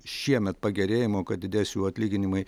šiemet pagerėjimo kad didės jų atlyginimai